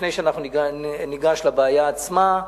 לפני שאנחנו ניגש לבעיה עצמה,